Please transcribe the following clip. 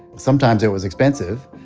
sometimes it was expensive,